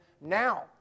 now